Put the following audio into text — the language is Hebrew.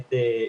לעניין הזה.